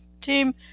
team